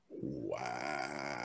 Wow